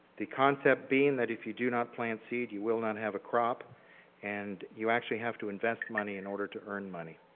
the concept being that if you do not plant seed, you will not have a crop and you actually have to invest money in order to earn money.